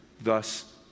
thus